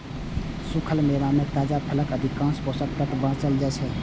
सूखल मेवा मे ताजा फलक अधिकांश पोषक तत्व बांचल रहै छै